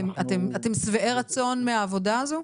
אתם שבעי רצון מהעבודה הזו?